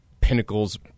pinnacles